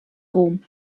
rom